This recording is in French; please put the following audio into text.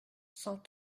cent